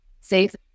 safe